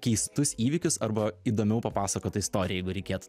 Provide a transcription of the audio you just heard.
keistus įvykius arba įdomiau papasakotą istoriją jeigu reikėtų